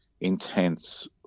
intense